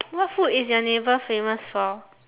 what food is your neighbour famous for